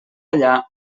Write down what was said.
allà